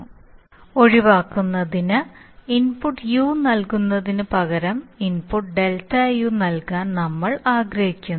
ഇത് ഒഴിവാക്കുന്നതിന് input u നൽകുന്നതിനുപകരം ഇൻപുട്ട് ΔU നൽകാൻ നമ്മൾ ആഗ്രഹിക്കുന്നു